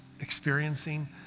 experiencing